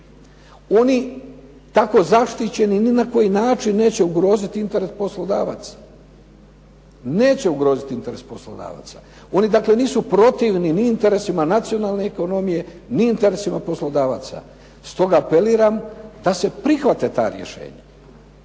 Oni tako zaštićeni ni na koji način neće ugroziti interes poslodavaca. Oni dakle nisu protivni ni interesima nacionalne ekonomije ni interesima poslodavaca. Stoga apeliram da se prihvate ta rješenja.